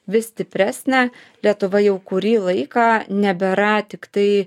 vis stipresnė lietuva jau kurį laiką nebėra tiktai